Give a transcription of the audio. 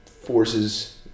forces